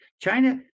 China